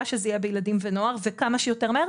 שזה יהיה בילדים ונוער וכמה שיותר מהר.